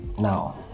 Now